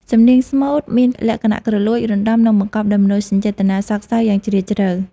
សំនៀងស្មូតមានលក្ខណៈគ្រលួច រណ្ដំ និងបង្កប់ដោយមនោសញ្ចេតនាសោកសៅយ៉ាងជ្រាលជ្រៅ។